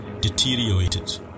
deteriorated